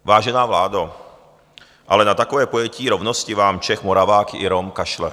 Vážená vládo, ale na takové pojetí rovnosti vám Čech, Moravák i Rom kašlou.